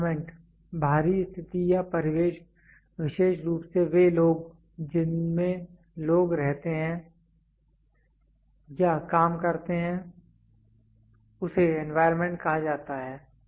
environment बाहरी स्थिति या परिवेश विशेष रूप से वे लोग जिनमें लोग रहते हैं या काम करते हैं उसे एनवायरनमेंट कहा जाता है